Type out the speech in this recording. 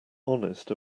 honest